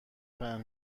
پهن